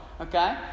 Okay